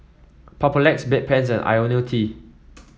Papulex Bedpans and IoniL T